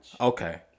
Okay